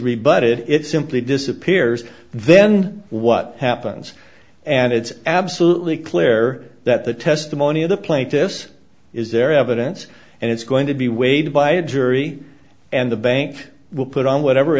rebut it it simply disappears then what happens and it's absolutely clear that the testimony of the plaintiffs is their evidence and it's going to be weighed by a jury and the bank will put on whatever